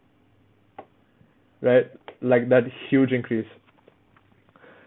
right like that huge increase